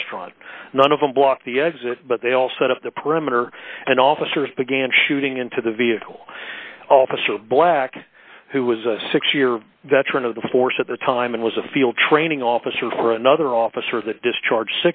restaurant none of them blocked the exit but they all set up the perimeter and officers began shooting into the vehicle officer black who was a six year veteran of the force at the time and was a field training officer for another officer that discharge